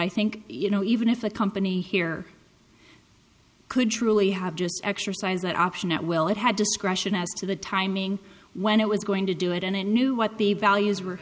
i think you know even if a company here could truly have just exercise that option at will it had discretion as to the timing when it was going to do it and it knew what the values were